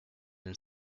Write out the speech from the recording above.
than